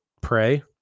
pray